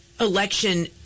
election